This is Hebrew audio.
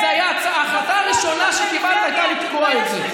ההחלטה הראשונה שקיבלת הייתה לתקוע את זה.